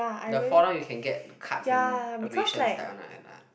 the fall down you can get cuts and abrasions that one ah that one ah